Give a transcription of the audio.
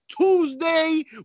Tuesday